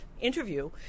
interview